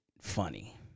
funny